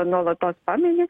nuolatos pamini